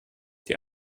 die